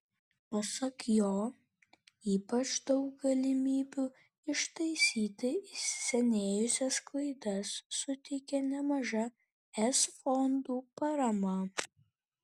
pasak jo ypač daug galimybių ištaisyti įsisenėjusias klaidas suteikė nemaža es fondų parama